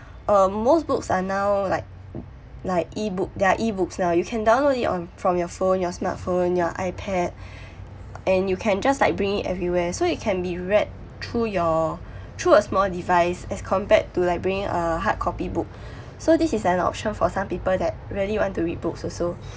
um most books are now like like E-book there are E-books now you can download it on from your phone your smartphone your ipad and you can just like bring it everywhere so it can be read through your through a small device as compared to like bringing a hardcopy book so this is an option for some people that really want to read books also